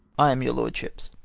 i am your lordships.